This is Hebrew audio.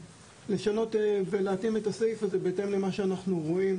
לשנות ולהתאים את הסעיף הזה בהתאם למה שאנחנו רואים.